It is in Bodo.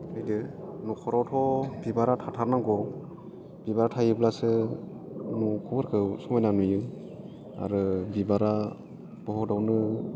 फैदो न'खरावथ' बिबारा थाथारनांगौ बिबार थायोब्लासो न'फोरखौ समायना नुयो आरो बिबारा बुहुदआवनो